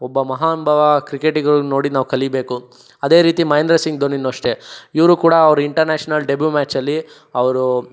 ಒಬ್ಬ ಮಹಾನುಭಾವ ಕ್ರಿಕೆಟಿಗರನ್ನ ನೋಡಿ ನಾವು ಕಲೀಬೇಕು ಅದೇ ರೀತಿ ಮಹೇಂದ್ರ ಸಿಂಗ್ ಧೋನಿನು ಅಷ್ಟೆ ಇವರು ಕೂಡ ಅವ್ರ ಇಂಟರ್ನ್ಯಾಷನಲ್ ಡೆಬ್ಯು ಮ್ಯಾಚಲ್ಲಿ ಅವರು